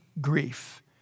grief